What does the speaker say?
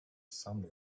some